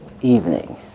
evening